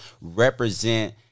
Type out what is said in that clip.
represent